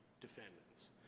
defendants